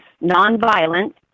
non-violent